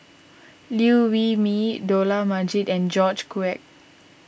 Liew Wee Mee Dollah Majid and George Quek